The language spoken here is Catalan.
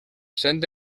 sent